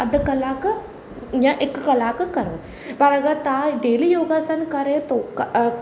अधु कलाकु या हिकु कलाकु करो पर अगरि तव्हां डेली योगासन करे थो